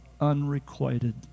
unrequited